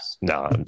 no